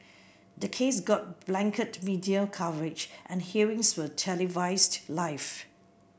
the case got blanket media coverage and hearings were televised live